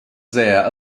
there